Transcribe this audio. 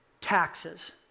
Taxes